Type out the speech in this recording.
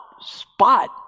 spot